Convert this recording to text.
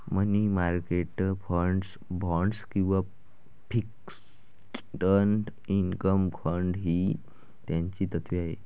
मनी market fund, bonds किंवा fixed income fund ही त्याची तत्त्वे आहेत